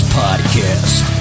podcast